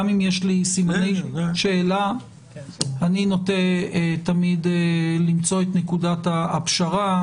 גם אם יש לי סימני שאלה אני נוטה תמיד למצוא את נקודת הפשרה,